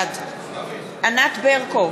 בעד ענת ברקו,